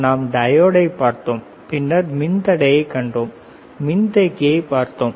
நாம் டையோடை பார்த்தோம் பின்னர் மின்தடையை கண்டோம் மின்தேக்கியைப் பார்த்தோம்